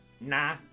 Nah